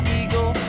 eagle